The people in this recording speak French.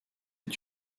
est